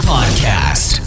Podcast